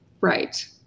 Right